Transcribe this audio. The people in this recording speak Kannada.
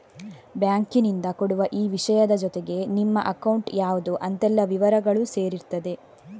ಬ್ಯಾಂಕಿನಿಂದ ಕೊಡುವ ಈ ವಿಷಯದ ಜೊತೆಗೆ ನಿಮ್ಮ ಅಕೌಂಟ್ ಯಾವ್ದು ಅಂತೆಲ್ಲ ವಿವರಗಳೂ ಸೇರಿರ್ತದೆ